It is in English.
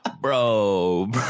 Bro